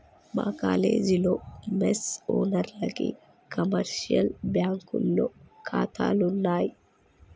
మా కాలేజీలో మెస్ ఓనర్లకి కమర్షియల్ బ్యాంకులో ఖాతాలున్నయ్